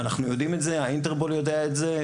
אנחנו יודעים את זה, האינטרפול יודע את זה.